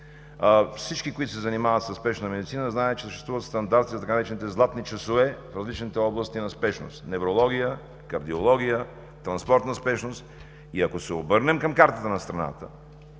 Всички, които се занимават със спешна медицина, знаят, че съществуват стандарти на така наречените „златни часове“ в различните области на спешност – неврология, кардиология, транспортна спешност. Ако се обърнем към реалната карта на страната,